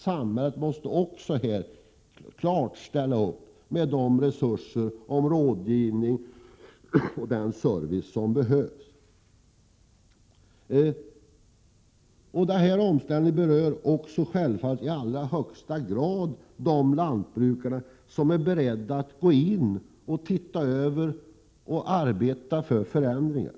Samhället måste också ställa upp med den rådgivning och de resurser som behövs. Denna omställning berör självfallet också i allra högsta grad de lantbruka — Prot. 1987/88:99 re som är beredda att gå in för och arbeta för förändringar.